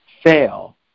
fail